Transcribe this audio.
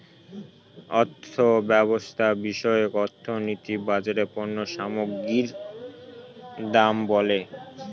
অর্থব্যবস্থা বিষয়ক অর্থনীতি বাজারে পণ্য সামগ্রীর দাম বলে